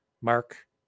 Mark